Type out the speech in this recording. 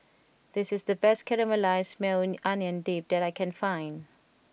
this is the best Caramelized Maui Onion Dip that I can find